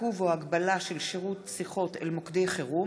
עיכוב או הגבלה של שירות שיחות אל מוקדי חירום),